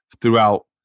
throughout